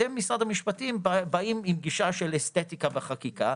אתם משרד המשפטים באים עם גישה של אסתטיקה בחקיקה,